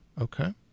okay